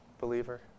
believer